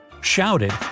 shouted